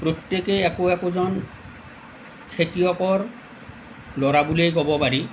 প্ৰত্যেকেই একো একোজন খেতিয়কৰ ল'ৰা বুলিয়েই ক'ব পাৰি